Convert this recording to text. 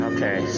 Okay